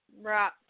Right